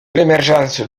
l’émergence